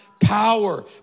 Power